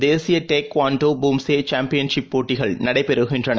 தேசியடேக் குவாண்டோ பூம்சேசாம்பியன்ஷிப் போட்டிகள் நடைபெறுகின்றன